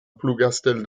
plougastel